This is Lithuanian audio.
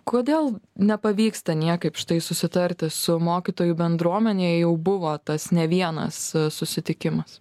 kodėl nepavyksta niekaip štai susitarti su mokytojų bendruomene jei jau buvo tas ne vienas susitikimas